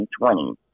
2020